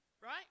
Right